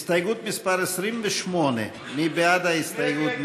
הסתייגות מס' 28. מי בעד ההסתייגות?